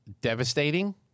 devastating